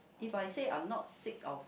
if I say I'm not sick of